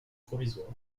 provisoires